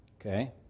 Okay